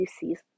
disease